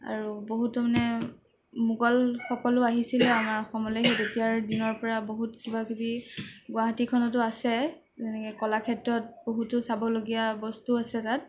আৰু বহুতো মানে মোগল সকলো আহিছিলে আমাৰ অসমলৈ তেতিয়াৰ দিনৰপৰা বহুত কিবাকিবি গুৱাহাটীখনতো আছে যেনেকৈ কলাক্ষেত্ৰত বহুতো চাবলগীয়া বস্তুও আছে তাত